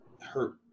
hurt